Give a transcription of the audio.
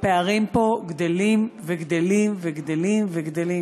הפערים פה גדלים וגדלים וגדלים,